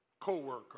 co-worker